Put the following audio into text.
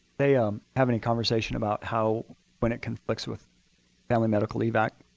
they um have any conversation about how when it conflicts with family medical leave act,